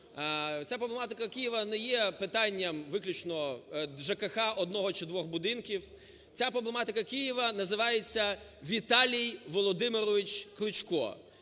Ця проблематика Києва не є питанням виключно ЖКГ одного чи двох будинків. Ця проблематика Києва називається Віталій Володимирович Кличко.